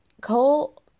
Cole